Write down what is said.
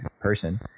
person